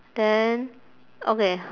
then okay